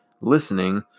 listening